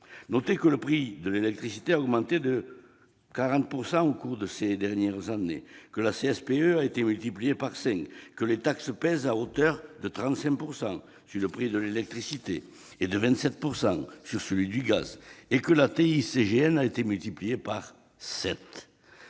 Notez que le prix de l'électricité a augmenté de 40 % en dix ans, que la CSPE a été multipliée par cinq, que les taxes pèsent à hauteur de 35 % sur le prix de l'électricité, de 27 % sur celui du gaz, et que la TICGN a été multipliée par